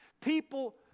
People